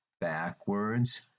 backwards